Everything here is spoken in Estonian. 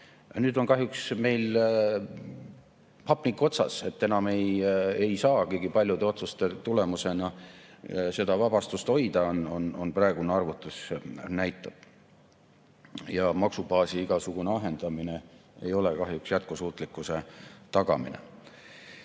Nüüd on kahjuks meil hapnik otsas, enam ei saagi paljude otsuste tulemusena seda vabastust hoida, nagu praegune arvutus näitab. Ja maksubaasi igasugune ahendamine ei ole kahjuks jätkusuutlikkuse tagamine.